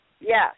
Yes